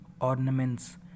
ornaments